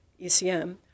ECM